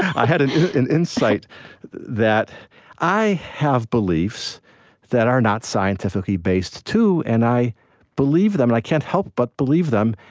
i had an an insight that i have beliefs that are not scientifically-based, too, and i believe them. and i can't help but believe them.